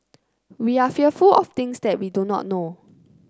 we are fearful of things that we do not know